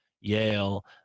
Yale